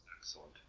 excellent